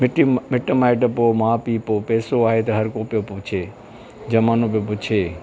मिटी मिट माइट पोइ माउ पीउ पोइ पेसो आहे त हर को पियो पुछे ज़मानो पियो पुछे